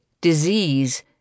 Disease